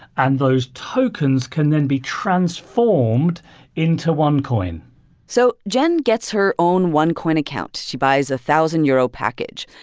and those tokens can then be transformed into onecoin so jen gets her own onecoin account. she buys a thousand-euro package.